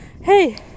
Hey